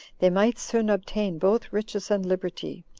they might soon obtain both riches and liberty,